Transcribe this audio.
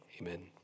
amen